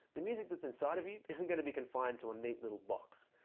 the music that's inside of you isn't going to be confined to a neat little box,